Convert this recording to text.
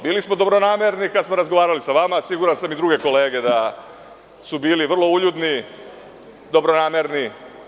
Bili smo dobronamerni kada smo razgovarali sa vama, siguran sam da su i druge kolege bile vrlo uljudne, dobronamerne.